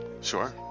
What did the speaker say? sure